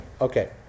Okay